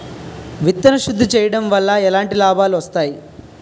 విత్తన శుద్ధి చేయడం వల్ల ఎలాంటి లాభాలు వస్తాయి?